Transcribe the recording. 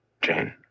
Jane